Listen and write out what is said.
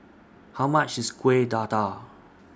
How much IS Kueh Dadar